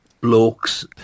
blokes